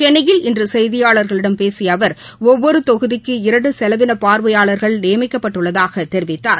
சென்னையில் இன்று செய்தியாளர்களிடம் பேசிய அவர் ஒவ்வொரு தொகுதிக்கு இரண்டு செலவினப் பார்வையாளர்கள் நியமிக்கப்பட்டுள்ளதாக தெரிவித்தார்